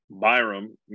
Byram